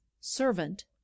servant